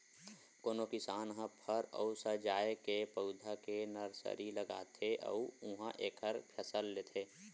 कोनो किसान ह फर अउ सजाए के पउधा के नरसरी लगाथे अउ उहां एखर फसल लेथे